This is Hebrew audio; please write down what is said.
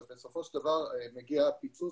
אז בסופו של דבר מגיע הפיצוץ,